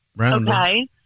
Okay